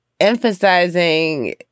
emphasizing